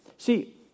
See